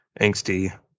angsty